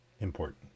important